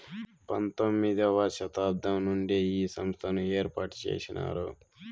పంతొమ్మిది వ శతాబ్దం నుండే ఈ సంస్థను ఏర్పాటు చేసినారు